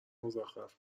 مزخرف